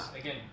Again